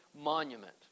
monument